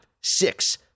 six